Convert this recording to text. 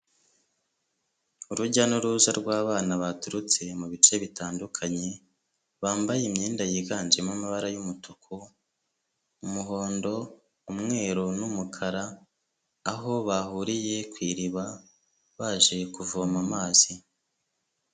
Urujya n'uruza rw'abana baturutse mu bice bitandukanye, bambaye imyenda yiganjemo amabara y'umutuku, umuhondo, umweru n'umukara aho bahuriye ku iriba baje kuvoma amazi.